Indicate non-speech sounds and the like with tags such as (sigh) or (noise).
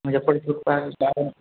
मुजफ्फरपुर शहर (unintelligible)